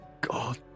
God